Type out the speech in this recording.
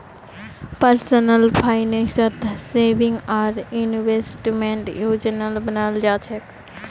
personal फाइनेंसत saving आर इन्वेस्टमेंटेर योजना बनाल जा छेक